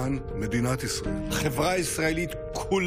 חברי הכנסת, תם סדר-היום.